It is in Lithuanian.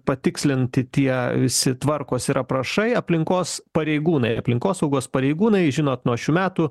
patikslinti tie visi tvarkos ir aprašai aplinkos pareigūnai aplinkosaugos pareigūnai žinot nuo šių metų